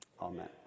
Amen